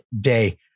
day